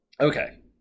okay